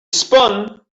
spun